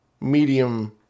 medium